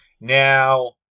Now